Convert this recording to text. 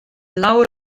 lawer